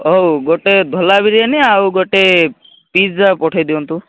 ହଉ ଗୋଟେ ଢୋଲା ବିରିୟାନୀ ଆଉ ଗୋଟେ ପିଜ୍ଜା ପଠେଇ ଦିଅନ୍ତୁ